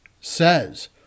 says